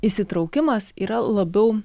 įsitraukimas yra labiau